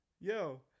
Yo